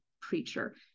preacher